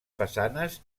façanes